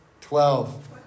twelve